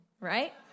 right